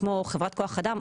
כמו חברת כוח אדם,